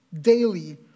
daily